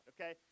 okay